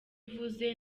uvuze